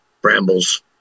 brambles